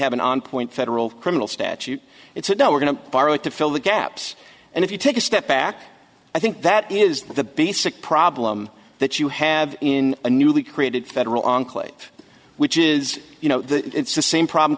have an on point federal criminal statute it's a no we're going to borrow it to fill the gaps and if you take a step back i think that is the basic problem that you have in a newly created federal enclave which is you know it's the same problem